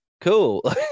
cool